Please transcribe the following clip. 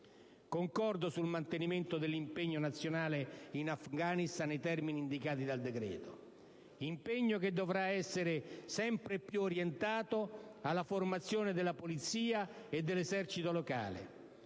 Concordo sul mantenimento dell'impegno nazionale in Afghanistan nei termini indicati dal decreto-legge, un impegno che dovrà sempre più essere orientato alla formazione della polizia e dell'esercito locali